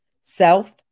self